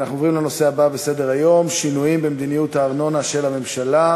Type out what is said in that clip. קח תשעה חודשים, תלמד בשקט, ואז נמשיך לדבר על זה.